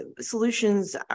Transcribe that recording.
solutions